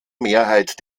mehrheit